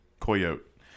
coyote